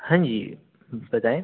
हाँ जी बताऍं